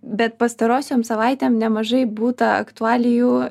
bet pastarosiom savaitėm nemažai būta aktualijų